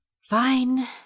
Fine